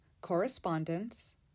correspondence